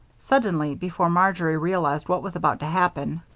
suddenly, before marjory realized what was about to happen,